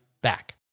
back